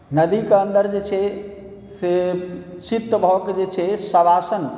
नदीके अन्दर जे छै से चित भऽ कऽ जे छै से सवासन